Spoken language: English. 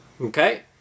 Okay